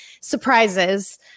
surprises